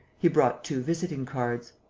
he brought two visiting-cards.